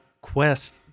quest